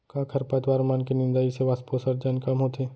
का खरपतवार मन के निंदाई से वाष्पोत्सर्जन कम होथे?